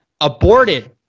aborted